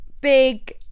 big